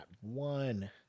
one